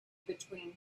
between